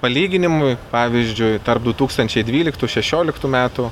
palyginimui pavyzdžiui tarp du tūkstančiai dvyliktų šešioliktų metų